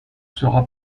sera